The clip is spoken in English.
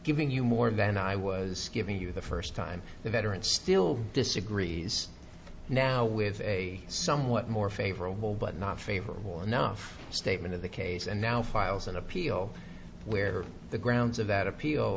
giving you more than i was giving you the first time the veteran still disagrees now with a somewhat more favorable but not favorable enough statement of the case and now files an appeal where the grounds of that appeal